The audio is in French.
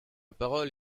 parole